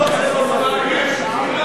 על מה הפגנת, אדוני שר האוצר?